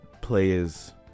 players